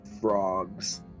frogs